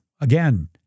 again